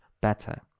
better